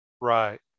Right